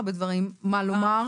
את הדיון הזה,